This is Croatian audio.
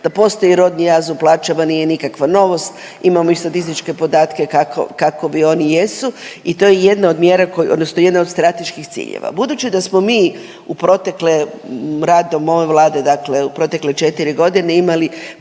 da postoji rodni jaz u plaćama nije nikakva novost. Imamo i statističke podatke kakovi oni jesu i to je jedna od mjera odnosno jedna od strateških ciljeva. Budući da smo mi u protekle, radom ove Vlade, dakle u protekle 4 godine imali